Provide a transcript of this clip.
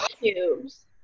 cubes